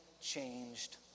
changed